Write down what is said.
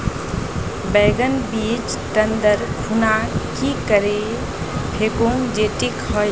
बैगन बीज टन दर खुना की करे फेकुम जे टिक हाई?